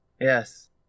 Yes